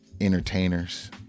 entertainers